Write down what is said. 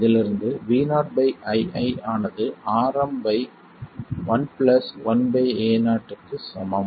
இதிலிருந்து Vo ii ஆனது Rm 1 1 Ao க்குச் சமம்